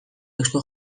eusko